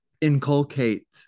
inculcate